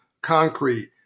concrete